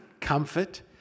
comfort